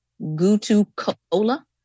gutu-cola